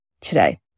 today